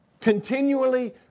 Continually